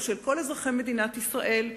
הוא של כל אזרחי מדינת ישראל,